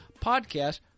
podcast